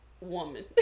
woman